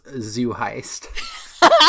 zoo-heist